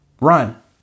run